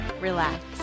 relax